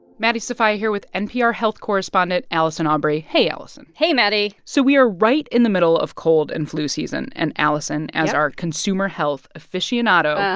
maddie sofia here with npr health correspondent allison aubrey. hey, allison hey, maddie so we are right in the middle of cold and flu season. and, allison. yep. as our consumer health aficionado,